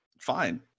Fine